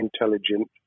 intelligent